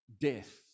death